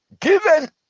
given